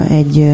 egy